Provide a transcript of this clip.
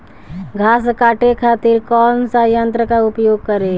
घास काटे खातिर कौन सा यंत्र का उपयोग करें?